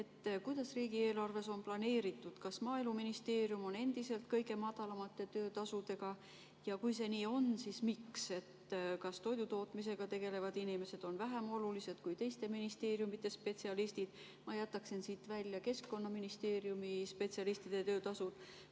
Kuidas riigieelarves on planeeritud: kas Maaeluministeerium on endiselt kõige madalamate töötasudega ja kui see nii on, siis miks? Kas toidutootmisega tegelevad inimesed on vähem olulised kui teiste ministeeriumide spetsialistid? Ma jätaksin siit välja Keskkonnaministeeriumi spetsialistide töötasu.